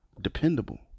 dependable